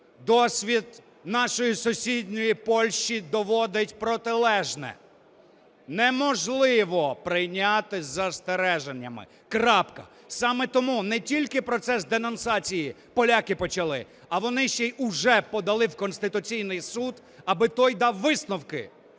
досвід нашої сусідньої Польщі доводить протилежне: неможливо прийняти із застереженнями. Крапка. Саме тому не тільки процес денонсації поляки почали, а вони ще й уже подали в Конституційний Суд, аби той дав висновки.